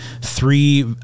three